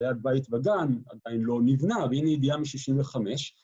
‫ליד בית וגן עדיין לא נבנה, ‫והנה הידיעה משישים וחמש.